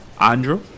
Andrew